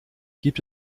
gibt